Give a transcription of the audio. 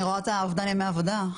אני רואה את אובדן ימי העבודה.